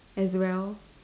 as well